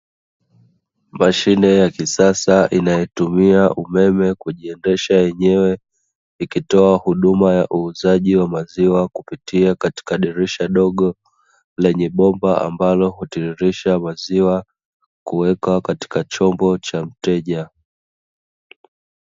Mashine ya kisasa inayotumia umeme, kujiendesha enyewe, ikitoa huduma ya uuzaji wa maziwa, kupitia katika dirisha dogo, lenye bomba ambalo hutiririsha maziwa kuweka katika chombo cha mteja.